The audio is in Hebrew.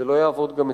זה לא יעבוד גם אצלנו,